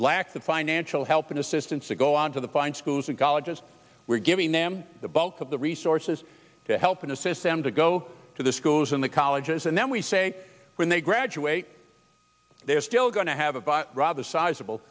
lack the financial help and assistance to go on to the fine schools and colleges we're giving them the bulk of the resources to help and assist them to go to the schools in the colleges and then we say when they graduate they are still going to have a rather sizable